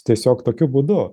tiesiog tokiu būdu